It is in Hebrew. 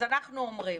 אז אנחנו אומרים,